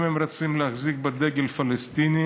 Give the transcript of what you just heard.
אם הם רוצים להחזיק בדגל פלסטיני